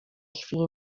chwili